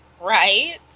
Right